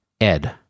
Ed